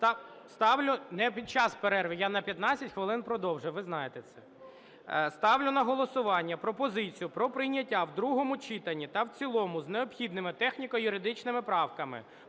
ставлю на голосування для прийняття пропозицію про прийняття в другому читанні та в цілому з необхідними техніко-юридичними правками